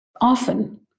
Often